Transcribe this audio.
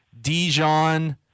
Dijon